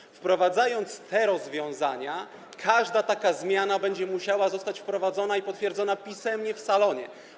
Jeśli wprowadzimy te rozwiązania, każda taka zmiana będzie musiała zostać wprowadzona i potwierdzona pisemnie w salonie.